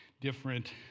different